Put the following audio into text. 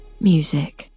music